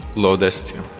lodestio